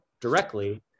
directly